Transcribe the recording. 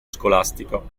scolastico